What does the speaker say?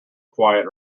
quiet